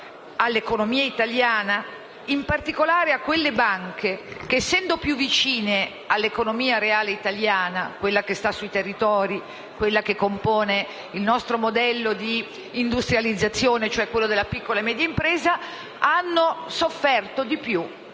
all'economia italiana e, in particolare, a quelle banche che, essendo più vicine all'economia reale italiana che sta sui territori, che compone il nostro modello di industrializzazione, e cioè la piccola e media impresa, hanno sofferto di più